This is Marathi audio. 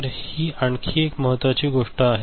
तर ही आणखी एक महत्त्वाची गोष्ट आहे